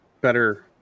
better